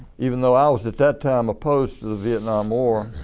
even though i was the third time opposed to the vietnam war,